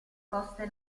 coste